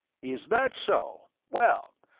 is that so? well,